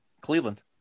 Cleveland